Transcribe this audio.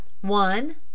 One